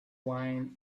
wine